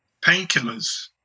painkillers